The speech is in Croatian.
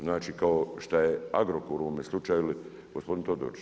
Znači kao što je Agrokor u ovome slučaju ili gospodin Todorić.